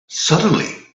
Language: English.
suddenly